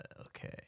Okay